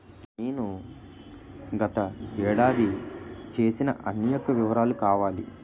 నేను గత ఏడాది చేసిన అన్ని యెక్క వివరాలు కావాలి?